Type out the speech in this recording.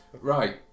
Right